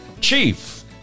Chief